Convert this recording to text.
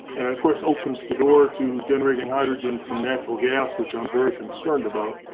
of course, opens the door to generating hydrogen from natural gas, which i'm very concerned about.